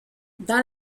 dans